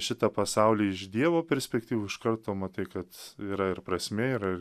šitą pasaulį iš dievo perspektyvų iš karto matai kad yra ir prasmė yra